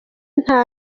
nta